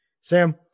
Sam